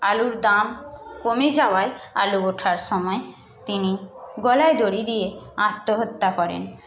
আলুর দাম কমে যাওয়ায় আলু ওঠার সময় তিনি গলায় দড়ি দিয়ে আত্মহত্যা করেন